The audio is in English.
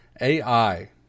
AI